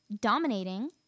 dominating